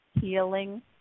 healing